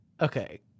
Okay